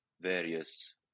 various